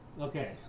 Okay